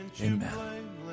Amen